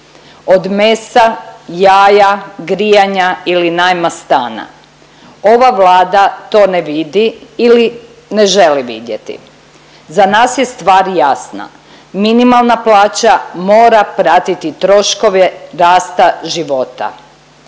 od mesa, jaja, grijanja ili najma stana. Ova Vlada to ne vidi ili ne želi vidjeti. Za nas je stvar jasna, minimalna plaća mora pratiti troškove rasta života.